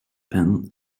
pan